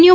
you